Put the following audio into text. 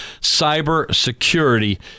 cybersecurity